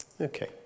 Okay